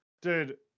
Dude